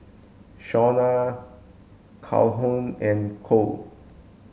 Shawna Calhoun and Cole